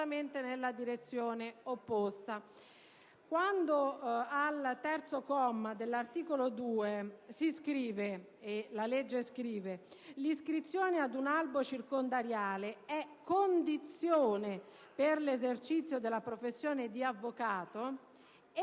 nella direzione opposta. Quando al comma 3 dell'articolo 2 si stabilisce che «l'iscrizione ad un albo circondariale è condizione per l'esercizio della professione di avvocato»